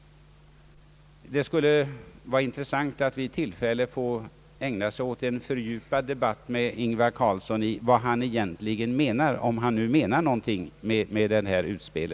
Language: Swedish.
Det skulle vara intressant att vid tillfälle få ägna sig åt en fördjupad debatt med herr Ingvar Carlsson om vad han egentligen menar — om han nu menar någonting med detta utspel.